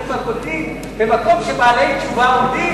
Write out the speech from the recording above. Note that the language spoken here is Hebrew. הקודמים: במקום שבעלי תשובה עומדים,